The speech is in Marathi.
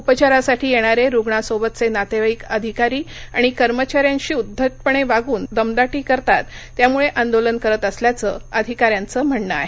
उपचारासाठी येणारे रूग्णासोबतचे नातेवाईक अधिकारी आणि कर्मचाऱ्यांशी उद्दटपणे वागून दमदाटी करतात त्यामुळे आंदोलन करत असल्याचं अधिकाऱ्यांचं म्हणणं आहे